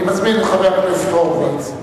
אני מזמין את חבר הכנסת הורוביץ,